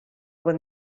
bon